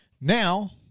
Now